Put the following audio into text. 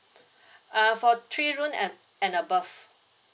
uh for three room and and above